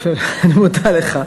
אני מודה לך.